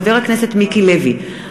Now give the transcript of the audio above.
חבר הכנסת מיקי לוי,